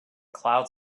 cloud